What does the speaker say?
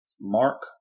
Mark